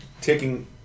taking